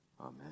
Amen